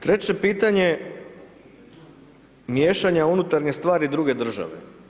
Treće pitanje, miješanje u unutarnje stvari druge države.